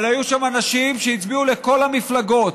אבל היו שם אנשים שהצביעו לכל המפלגות,